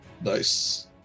nice